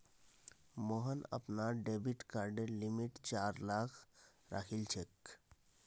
मोहन अपनार डेबिट कार्डेर लिमिट चार लाख राखिलछेक